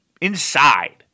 inside